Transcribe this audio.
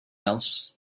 else